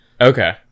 Okay